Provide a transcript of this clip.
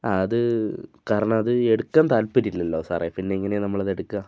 ആ അത് കാരണമത് എടുക്കാൻ താല്പര്യമില്ലല്ലോ സാറേ പിന്നെ എങ്ങനെയാണ് നമ്മളത് എടുക്കുക